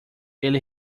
ele